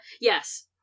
yes